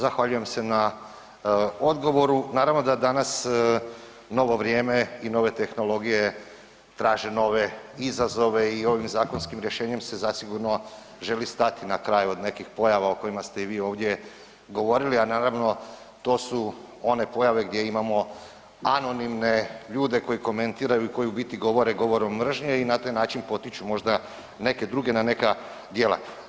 Zahvaljujem se na odgovoru, naravno da danas novo vrijeme i nove tehnologije traže nove izazove i ovim zakonskim rješenjem se zasigurno želi stati na kraj od nekih pojava o kojima ste i vi ovdje govorili, a naravno to su one pojave gdje imamo anonimne ljude koji komentiraju i koji u biti govore govorom mržnje i na taj način potiču možda neke druge na neka djela.